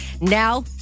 Now